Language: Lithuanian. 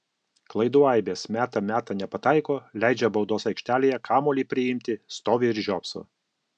klaidų aibės meta meta nepataiko leidžia baudos aikštelėje kamuolį priimti stovi ir žiopso